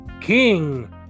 King